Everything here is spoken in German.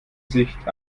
sicht